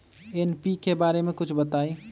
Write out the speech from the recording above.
NPK बारे म कुछ बताई?